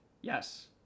Yes